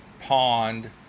pond